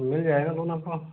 मिल जाएगा लोन आपको